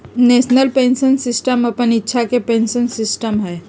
national pension system अप्पन इच्छा के पेंशन सिस्टम हइ